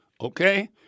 Okay